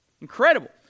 Incredible